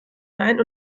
sein